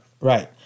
right